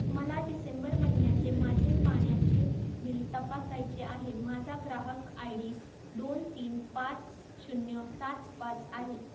मला डिसेंबर महिन्याचे माझे पाण्याचे बिल तपासायचे आहे माझा ग्राहक आय डी दोन तीन पाच शून्य सात पाच आहे